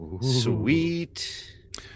Sweet